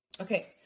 Okay